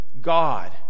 god